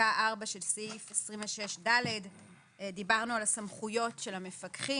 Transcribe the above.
פסקה (4) של סעיף 26ד. דיברנו על הסמכויות של המפקחים.